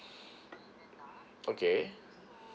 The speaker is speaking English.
okay